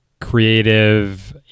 creative